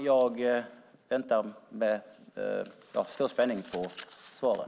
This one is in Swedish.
Jag väntar med stor spänning på svaren.